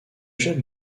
jette